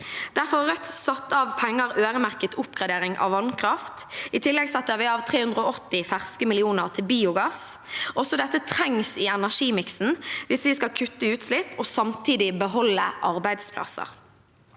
Derfor har Rødt satt av penger som er øremerket til oppgradering av vannkraft. I tillegg setter vi av 380 ferske millioner til biogass. Også dette trengs i energimiksen hvis vi skal kutte utslipp og samtidig beholde arbeidsplasser.